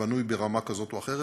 בנוי ברמה כזאת או אחרת,